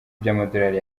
by’amadolari